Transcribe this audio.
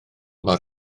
mor